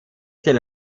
still